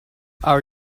our